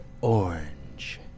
orange